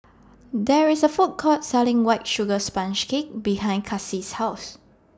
There IS A Food Court Selling White Sugar Sponge Cake behind Kaci's House